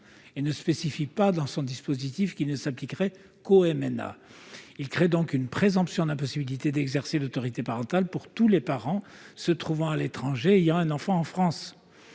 et ne spécifie pas dans son dispositif qu'il ne s'appliquerait qu'aux MNA. L'adoption de cet amendement créerait donc une présomption de l'impossibilité d'exercer l'autorité parentale pour tous les parents se trouvant à l'étranger et ayant un enfant en France.